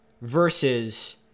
versus